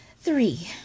Three